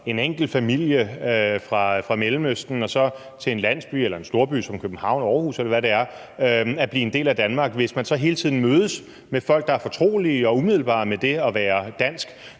en enkelt familie fra Mellemøsten til en landsby eller en storby som København, Århus, eller hvad det kan være, at blive en del af Danmark, hvis man hele tiden mødes med folk, der er fortrolige og umiddelbare med det at være dansk,